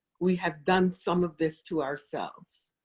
we have done some of this to ourselves.